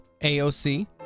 AOC